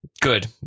Good